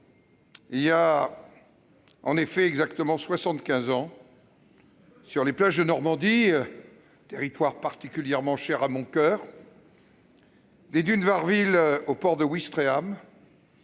Il y a, en effet, exactement soixante-quinze ans, sur les plages de Normandie- territoire particulièrement cher à mon coeur -, des dunes de Varreville au port de Ouistreham,